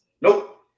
Nope